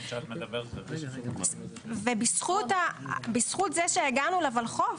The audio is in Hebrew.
ובזכות זה שהגענו לולחו"ף,